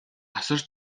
асар